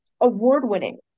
award-winning